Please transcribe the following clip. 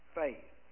faith